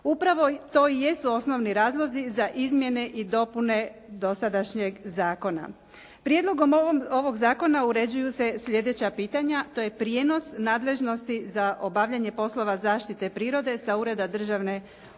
Upravo to i jesu osnovni razlozi za izmjene i dopune dosadašnjeg zakona. Prijedlogom ovog zakona uređuju se sljedeća pitanja. To je prijenos nadležnosti za obavljanje poslova zaštite prirode sa ureda državne uprave